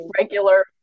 regular